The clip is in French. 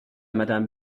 madame